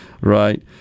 right